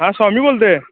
हा स्वामी बोलतो आहे